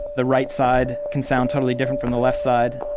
the right side can sound totally different from the left side.